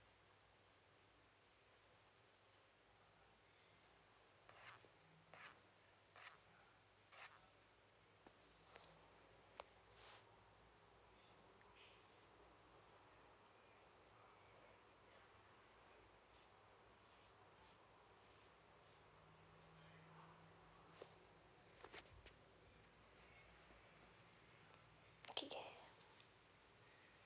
okay